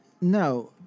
No